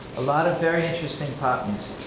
a lot of very interesting pop and